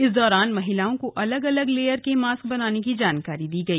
इस दौरान महिलाओं को अलग अलग लेयर के मास्क बनाने की जानकारी दी गई